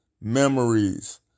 memories